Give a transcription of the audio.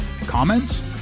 Comments